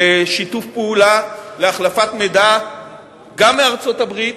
לשיתוף פעולה, להחלפת מידע גם מארצות-הברית,